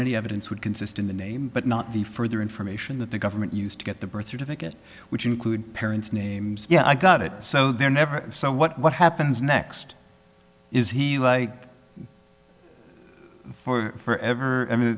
identity evidence would consist in the name but not the further information that the government used to get the birth certificate which include parents names yeah i got it so they're never saw what happens next is he like for ever i mean